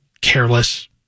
careless